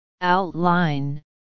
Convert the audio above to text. outline